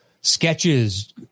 sketches